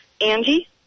Angie